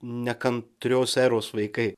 nekantrios eros vaikai